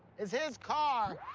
it's his car.